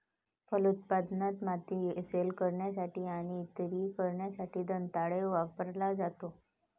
फलोत्पादनात, माती सैल करण्यासाठी आणि स्तरीय करण्यासाठी दंताळे वापरला जातो